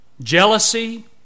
jealousy